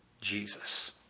Jesus